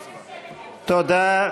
תודה.